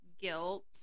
guilt